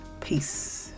Peace